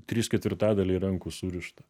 trys ketvirtadaliai rankų surišta